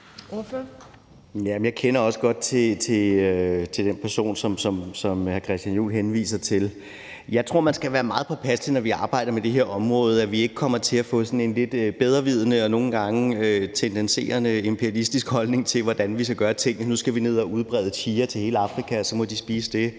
Jeg kender også godt til den person, som hr. Christian Juhl henviser til. Jeg tror, vi skal være meget påpasselige med, når vi arbejder med det her område, at vi ikke kommer til at få sådan en lidt bedrevidende og nogle gange tenderende til imperialistisk holdning til, hvordan vi skal gøre tingene. Nu skal vi ned og udbrede chia til hele Afrika, og så må de spise det.